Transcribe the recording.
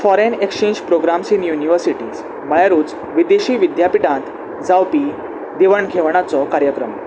foreign exchange programs in universities म्हणल्यारूच विदेशी विद्यापिठांत जावपी दिवण घेवणाचो कार्यक्रम